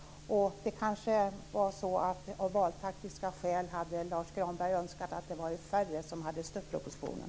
Lars U Granberg hade kanske av valtaktiska skäl önskat att det hade varit färre som hade stött propositionen.